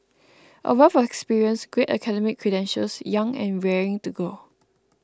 a wealth of experience great academic credentials young and raring to go